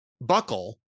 buckle